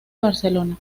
barcelona